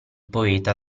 poeta